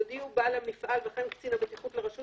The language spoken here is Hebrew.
יודיעו בעל המפעל וכן קצין הבטיחות לרשות